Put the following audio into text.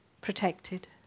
protected